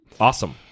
Awesome